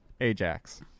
Ajax